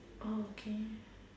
okay